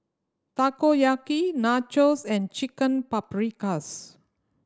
Takoyaki Nachos and Chicken Paprikas